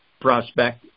prospect